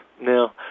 Now